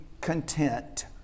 content